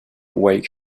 wake